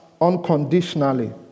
unconditionally